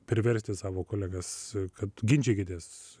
priversti savo kolegas kad ginčykitės